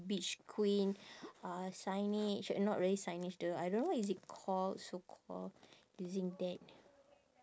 beach queen uh signage uh not really signage the I don't know what is it called so called using that